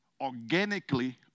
organically